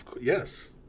yes